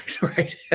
right